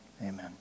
amen